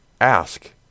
ask